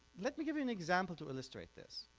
let me give you an example to illustrate this